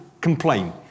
Complain